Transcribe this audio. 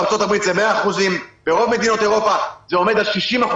בארצות הברית זה 100%. ברוב מדינות אירופה זה עומד על 60%,